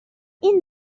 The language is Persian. این